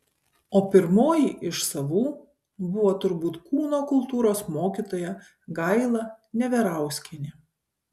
o pirmoji iš savų buvo turbūt kūno kultūros mokytoja gaila neverauskienė